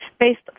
based